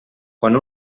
quan